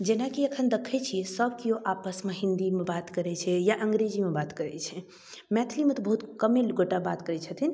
जेनाकि एखन देखै छिए सब केओ आपसमे हिन्दीमे बात करै छै या अँगरेजीमे बात करै छै मैथिलीमे तऽ बहुत कम्मे गोटा बात करै छथिन